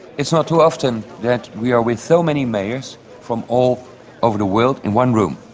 it's not too often that we are with so many mayors from all over the world in one room,